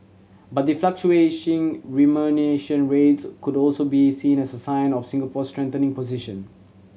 but the fluctuation remuneration rates could also be seen as a sign of Singapore's strengthening position